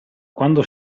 quando